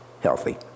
healthy